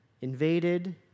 invaded